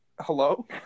Hello